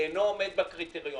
"אינו עומד בקריטריונים".